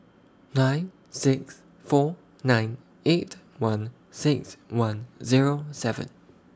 nine six four nine eight one six one Zero seven